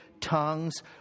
tongues